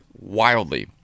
wildly